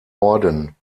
orden